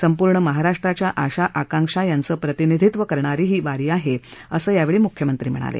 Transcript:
संपूर्ण महाराष्ट्राच्या आशा आकांक्षा यांचं प्रतिनिधित्व करणारी ही वारी आहे असं यावेळी मुख्यमंत्री म्हणाले